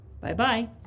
Bye-bye